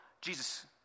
Jesus